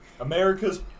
America's